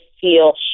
feel